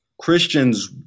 Christians